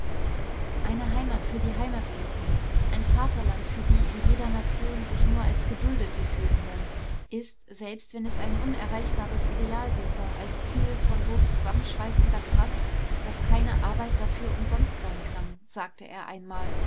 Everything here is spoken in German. eine heimat für die heimatlosen ein vaterland für die in jeder nation sich nur als geduldete fühlenden ist selbst wenn es ein unerreichbares ideal wäre als ziel von so zusammenschweißender kraft daß keine arbeit dafür umsonst sein kann sagte er einmal